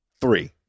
three